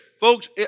Folks